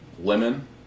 lemon